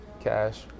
Cash